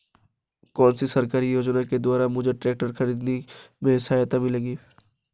कौनसी सरकारी योजना के द्वारा मुझे ट्रैक्टर खरीदने में सहायता मिलेगी?